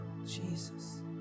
Jesus